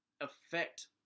affect